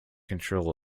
control